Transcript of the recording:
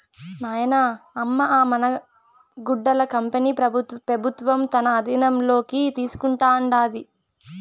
నాయనా, అమ్మ అ మన గుడ్డల కంపెనీ పెబుత్వం తన ఆధీనంలోకి తీసుకుంటాండాది